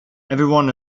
everyone